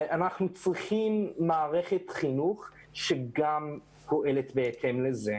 ואנחנו צריכים מערכת חינוך שגם פועלת בהתאם לזה.